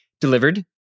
delivered